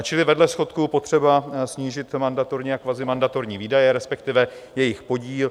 Čili vedle schodku je potřeba snížit mandatorní a kvazimandatorní výdaje, respektive jejich podíl.